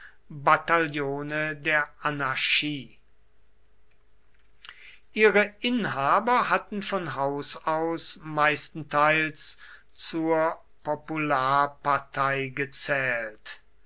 bataillone der anarchie ihre inhaber hatten von haus aus meistenteils zur popularpartei gezählt